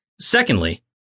Secondly